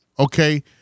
Okay